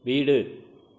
வீடு